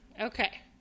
okay